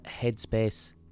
Headspace